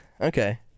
okay